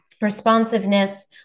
responsiveness